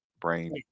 brain